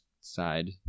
side